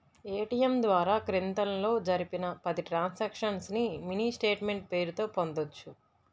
ATM ద్వారా క్రితంలో జరిపిన పది ట్రాన్సక్షన్స్ ని మినీ స్టేట్ మెంట్ పేరుతో పొందొచ్చు